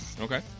Okay